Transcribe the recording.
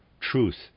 truth